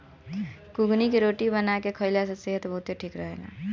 कुगनी के रोटी बना के खाईला से सेहत बहुते ठीक रहेला